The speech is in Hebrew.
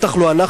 ובטח לא אנחנו,